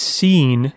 seen